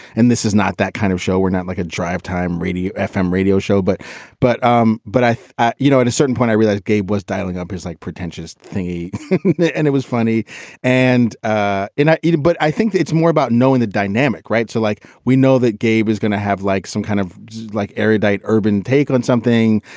and this is not that kind of show. we're not like a drivetime radio f m. radio show. but but um but, you know, at a certain point i realized gabe was dialing up his like pretentious thingy and it was funny and ah and i eat it. but i think it's more about knowing the dynamic right to like we know that gabe is gonna have like some kind of like erudite urban take on something.